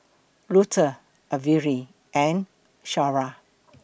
Luther Averi and Shara